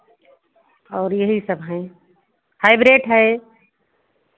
और यही सब हैं हाइब्रिड है